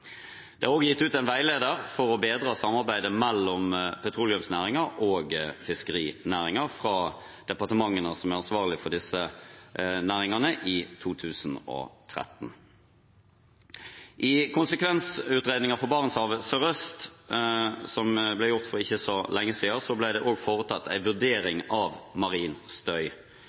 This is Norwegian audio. Det er også gitt ut en veileder for å bedre samarbeidet mellom petroleumsnæringen og fiskerinæringen fra departementene som er ansvarlig for disse næringene, i 2013. I konsekvensutredningen for Barentshavet sørøst, som ble gjort for ikke lenge siden, ble det også foretatt en vurdering av marin støy.